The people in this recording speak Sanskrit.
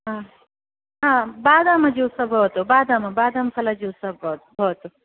हा हा बादाम् ज्यूस् भवतु बादाम् बादाम् फल ज्यूस् भवतु